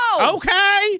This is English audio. Okay